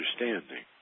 understanding